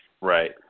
Right